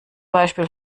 beispiel